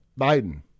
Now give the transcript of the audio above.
Biden